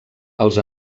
els